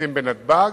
והשיפוצים בנתב"ג,